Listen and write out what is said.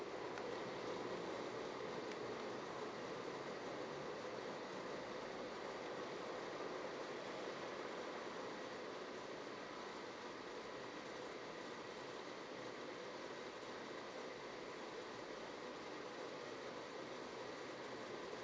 mm mm